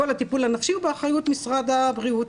כל הטיפול הנפשי הוא באחריות משרד הבריאות,